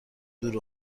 دور